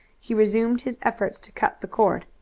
he resumed his efforts to cut the cord.